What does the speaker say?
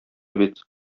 бит